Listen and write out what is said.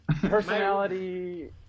personality